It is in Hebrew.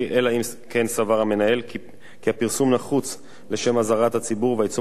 אלא אם כן סבר המנהל כי הפרסום נחוץ לשם אזהרת הציבור והעיצום